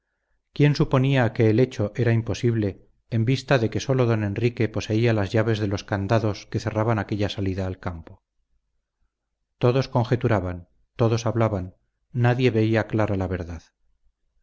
quién suponía que el hecho era imposible en vista de que sólo don enrique poseía las llaves de los candados que cerraban aquella salida al campo todos conjeturaban todos hablaban nadie veía clara la verdad